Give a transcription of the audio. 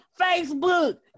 Facebook